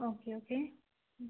okay okay മ്